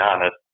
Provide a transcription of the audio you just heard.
honest